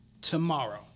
tomorrow